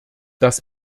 das